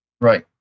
Right